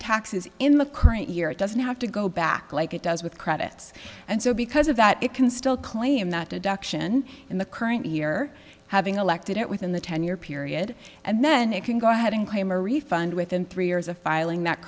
taxes in the current year it doesn't have to go back like it does with credits and so because of that it can still claim that deduction in the current year having elected it within the ten year period and then you can go ahead and claim a refund within three years of filing that